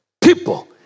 People